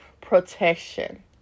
protection